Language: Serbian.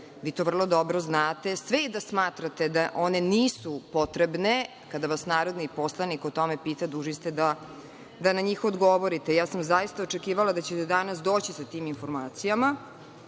Vi to vrlo dobro znate. Sve i da smatrate da one nisu potrebne, kada vas narodni poslanik o tome pita, dužni ste da na njih odgovorite. Ja sam zaista očekivala da ćete danas doći sa tim informacijama.